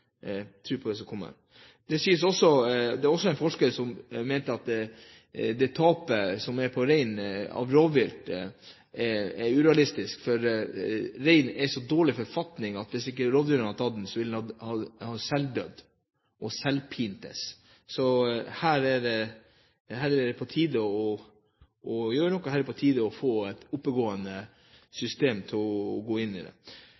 på det de kommer med. En forsker mente også at det tapet man har av rein på grunn av rovdyr, er urealistisk, for reinen er i så dårlig forfatning at hvis ikke rovdyrene hadde tatt den, ville den bli pint og selvdødd. Her er det på tide å gjøre noe. Her er det på tide å få et oppegående system for å gå inn i